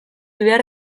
behar